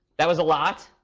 that was a lot.